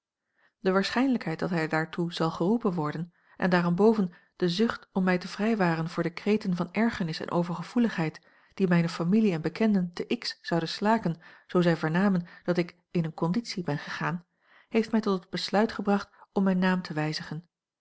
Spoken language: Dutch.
de waarschijnlijkheid dat hij daartoe zal geroepen worden en daarenboven de zucht om mij te vrijwaren voor de kreten van ergernis en overgevoeligheid die mijne familie en bekenden te x zouden slaken zoo zij vernamen dat ik in een conditie ben gegaan heeft mij tot het besluit gebracht om mijn naam te wijzigen